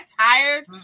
tired